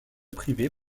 privée